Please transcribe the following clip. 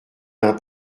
d’un